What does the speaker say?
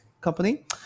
company